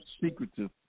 secretive